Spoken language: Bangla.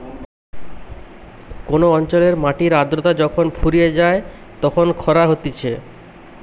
কোন অঞ্চলের মাটির আদ্রতা যখন ফুরিয়ে যায় তখন খরা হতিছে